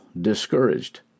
discouraged